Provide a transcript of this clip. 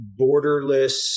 borderless